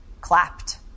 clapped